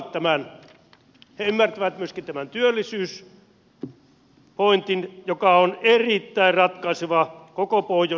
he ymmärtävät myöskin tämän työllisyyspointin joka on erittäin ratkaiseva koko pohjois suomelle